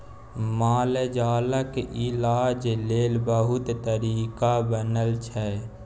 मालजालक इलाज लेल बहुत तरीका बनल छै